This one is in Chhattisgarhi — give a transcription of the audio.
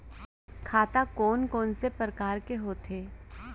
खाता कोन कोन से परकार के होथे?